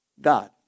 God